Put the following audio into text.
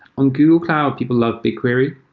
on google cloud, people love bigquery.